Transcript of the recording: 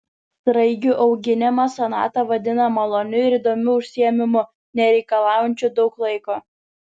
sraigių auginimą sonata vadina maloniu ir įdomiu užsiėmimu nereikalaujančiu daug laiko